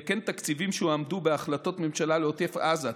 וכן תקציבים שהועמדו בהחלטות ממשלה לעוטף עזה,